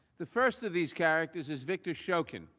the first of these characters is victor show can.